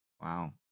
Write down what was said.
Wow